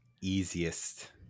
easiest